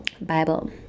Bible